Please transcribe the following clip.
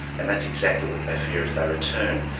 and that's exactly what they fear if they return.